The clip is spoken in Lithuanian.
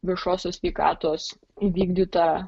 viešosios sveikatos įvykdyta